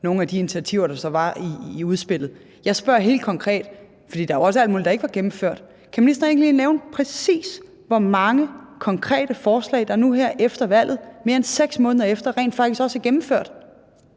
nogle af de initiativer, der så var i udspillet. Jeg spørger helt konkret, for der er jo også alle mulige, der ikke er blevet gennemført: Kan ministeren ikke lige nævne, præcis hvor mange konkrete forslag der nu her efter valget – mere end 6 måneder efter – rent faktisk også er gennemført?